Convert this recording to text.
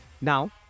Now